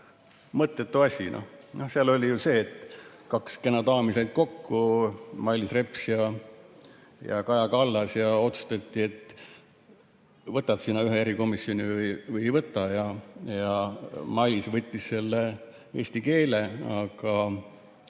Mõttetu asi! Seal oli ju see, et kaks kena daami said kokku, Mailis Reps ja Kaja Kallas, ja otsustati, et võtad sina ühe erikomisjoni või ei võta ja Mailis võttis selle eesti keele, aga